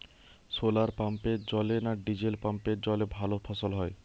শোলার পাম্পের জলে না ডিজেল পাম্পের জলে ভালো ফসল হয়?